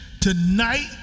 tonight